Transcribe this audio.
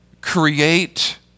create